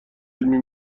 علمی